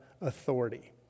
authority